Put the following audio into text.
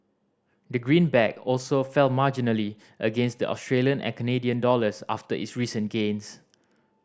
the greenback also fell marginally against the Australian and Canadian dollars after its recent gains